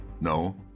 No